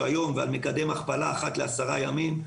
היום ועל מקדם הכפלה אחת לעשרה ימים,